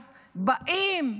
באים,